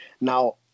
Now